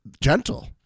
gentle